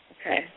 Okay